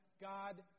God